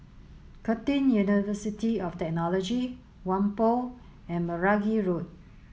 Curtin University of Technology Whampoa and Meragi Road